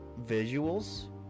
Visuals